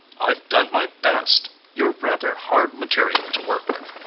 i've done my best. you're rather hard material to work with.